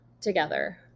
together